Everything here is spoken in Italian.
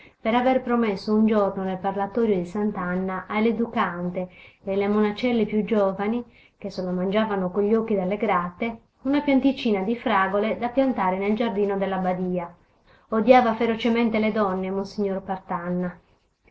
per aver promesso un giorno nel parlatorio di sant'anna alle educande e alle monacelle più giovani che se lo mangiavano con gli occhi dalle grate una pianticina di fragole da piantare nel giardino della badia odiava ferocemente le donne monsignor partanna